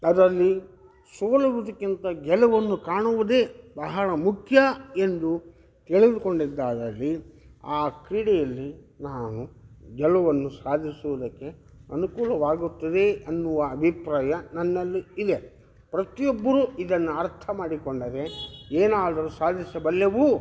ಅದರಲ್ಲಿ ಸೋಲುವುದಕ್ಕಿಂತ ಗೆಲುವನ್ನು ಕಾಣುವುದೇ ಬಹಳ ಮುಖ್ಯ ಎಂದು ತಿಳಿದುಕೊಂಡಿದ್ದಾದಲ್ಲಿ ಆ ಕ್ರೀಡೆಯಲ್ಲಿ ನಾನು ಗೆಲುವನ್ನು ಸಾಧಿಸುವುದಕ್ಕೆ ಅನುಕೂಲವಾಗುತ್ತದೆ ಎನ್ನುವ ಅಭಿಪ್ರಾಯ ನನ್ನಲ್ಲಿ ಇದೆ ಪ್ರತಿಯೊಬ್ಬರು ಇದನ್ನು ಅರ್ಥ ಮಾಡಿಕೊಂಡರೆ ಏನಾದರು ಸಾಧಿಸಬಲ್ಲೆವು